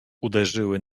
uderzyły